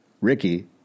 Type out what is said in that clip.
Ricky